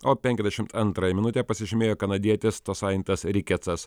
o penkiasdešimt antrąją minutę pasižymėjo kanadietis tosajantas rikecas